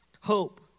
Hope